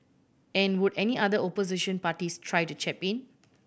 and would any other opposition parties try to chap in